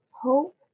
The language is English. hope